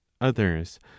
others